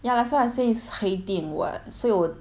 ya that's why I say it's 黑订 what 所以我